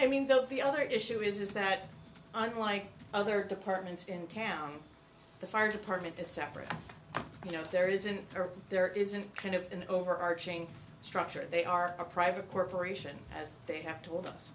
i mean the the other issue is that unlike other departments in town the fire department is separate you know there isn't or there isn't kind of an overarching structure they are a private corporation as they have told us